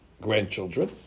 grandchildren